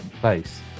place